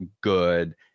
good